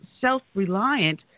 self-reliant